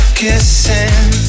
kissing